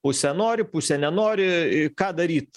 pusė nori pusė nenori ką daryt